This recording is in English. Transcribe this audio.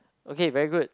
okay very good